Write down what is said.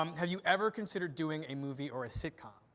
um have you ever considered doing a movie or a sitcom?